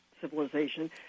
civilization